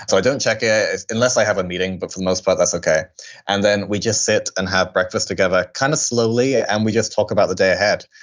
so i don't check it unless i have a meeting. but for the most part, that's okay and then we just sit and have breakfast together kind of slowly. and we just talk about the day ahead.